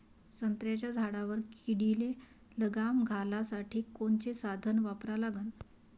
संत्र्याच्या झाडावर किडीले लगाम घालासाठी कोनचे साधनं वापरा लागन?